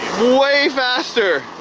way faster.